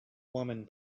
woman